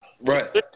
right